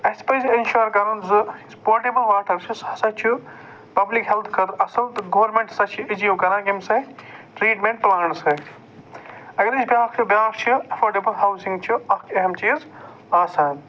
اَسہِ پَزِ اِنشور کَرُن زِ یُس پوٹیبٔل واٹر چھُ سُہ ہسا چھُ پَبلِک ہٮ۪لٔتھ خٲطرٕ اَصٕل تہٕ گوڑمٮ۪نٛٹ ہسا چھِ ایچیٖو کَران کَمہِ سۭتۍ ٹرٛیٖٹمٮ۪نٛٹ پٔلانٛٹہٕ سۭتۍ اَگر أسۍ بیٛاکھ وُچھو بیٛاکھ چھُ پوٹیبٔل ہاوسِنگ چھُ اکھ أہم چیٖز آسان